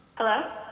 hello?